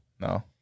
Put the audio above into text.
No